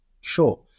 Sure